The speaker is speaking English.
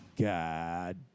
God